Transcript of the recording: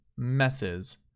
messes